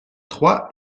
trois